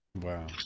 Wow